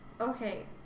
Okay